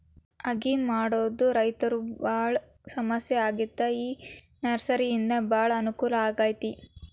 ಅಗಿ ಮಾಡುದ ರೈತರು ಬಾಳ ಸಮಸ್ಯೆ ಆಗಿತ್ತ ಈ ನರ್ಸರಿಯಿಂದ ಬಾಳ ಅನಕೂಲ ಆಗೈತಿ